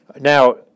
Now